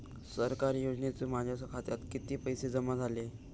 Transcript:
सरकारी योजनेचे माझ्या खात्यात किती पैसे जमा झाले?